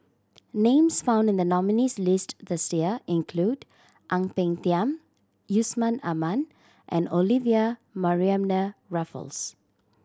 names found in the nominees' list this year include Ang Peng Tiam Yusman Aman and Olivia Mariamne Raffles